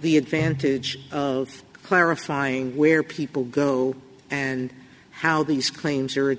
the advantage of clarifying where people go and how these claims are a